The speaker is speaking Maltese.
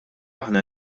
aħna